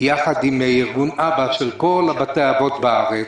יחד עם ארגון אב"א של כל בתי האבות בארץ.